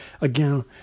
Again